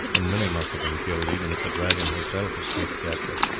and many must have been killed even if the dragon herself escaped capture.